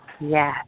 Yes